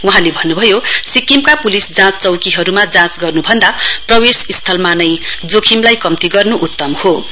वहाँले भन्नुभयो सिक्किमका पुलिस जाँच चौकीहरुमा जाँच गर्नुभन्दा प्रवेश स्थलमा नै जोखिमलाई कम्ती गर्नु उत्तम हे